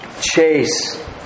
chase